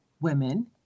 women